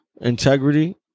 integrity